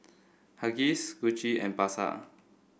Huggies Gucci and Pasar